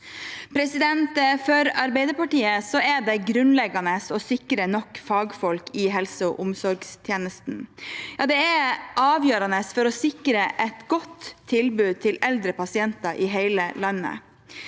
2023. For Arbeiderpartiet er det grunnleggende å sikre nok fagfolk i helse- og omsorgstjenesten. Det er avgjørende for å sikre et godt tilbud til eldre pasienter i hele landet.